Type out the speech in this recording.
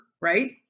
right